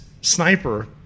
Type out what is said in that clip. sniper